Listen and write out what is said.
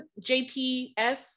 JPS